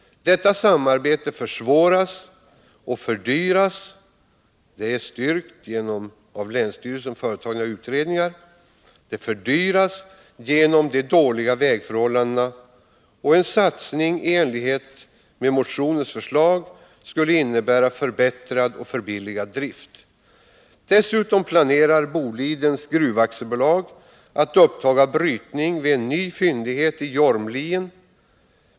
Detta samarbete försvåras och fördyras genom de dåliga vägförhållandena. Det är styrkt genom av länsstyrelsen företagna utredningar. En satsning i enlighet med motionens förslag skulle innebära förbättrad och förbilligad drift. Dessutom planerar Boliden AB att upptaga brytning vid en ny fyndighet i Jormlien.